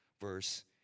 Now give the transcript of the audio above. verse